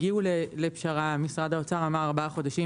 הגיעו לפשרה, משרד האוצר אמר: ארבעה חודשים.